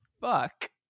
fuck